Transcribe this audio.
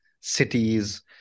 cities